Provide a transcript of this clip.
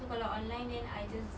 so kalau online then I just